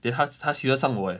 then 她她喜欢上我 leh